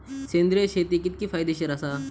सेंद्रिय शेती कितकी फायदेशीर आसा?